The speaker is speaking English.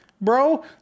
bro